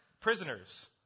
prisoners